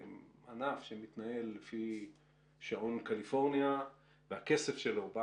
זה ענף שמתנהל לפי שעון קליפורניה והכסף שלו בא